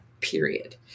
period